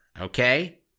okay